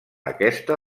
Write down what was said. aquesta